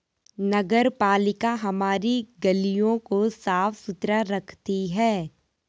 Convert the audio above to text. नगरपालिका हमारी गलियों को साफ़ सुथरा रखती है